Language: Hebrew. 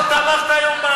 לא תמכת היום,